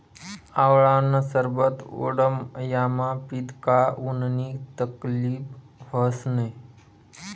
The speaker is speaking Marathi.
आवळानं सरबत उंडायामा पीदं का उननी तकलीब व्हस नै